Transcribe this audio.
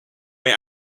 may